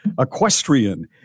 equestrian